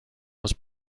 was